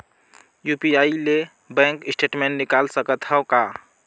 UPI ले bank statement निकाल सकत हवं का?